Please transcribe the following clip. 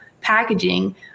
packaging